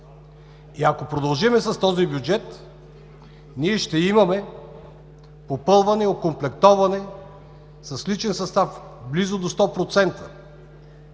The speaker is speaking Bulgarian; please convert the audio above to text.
Ако продължим с този бюджет, ще имаме попълване, окомплектоване с личен състав близо до 100%,